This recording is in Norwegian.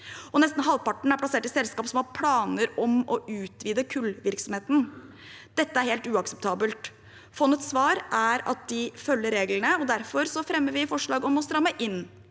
og nesten halvparten er plassert i selskap som har planer om å utvide kullvirksomheten. Dette er helt uakseptabelt. Fondets svar er at de følger reglene, og derfor fremmer vi forslag om å stramme inn